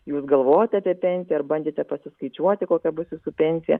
jūs galvojat apie pensiją ar bandėte pasiskaičiuoti kokia bus jūsų pensija